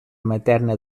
materna